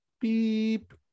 beep